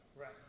Right